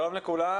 שלום לכולם.